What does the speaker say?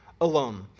alone